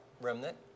remnant